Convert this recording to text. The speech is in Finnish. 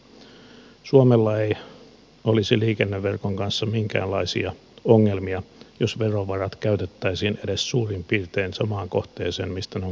suomella ei olisi liikenneverkon kanssa minkäänlaisia ongelmia jos verovarat käytettäisiin edes suurin piirtein samaan kohteeseen mistä ne on kerättykin